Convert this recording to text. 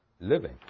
living